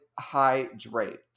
hydrate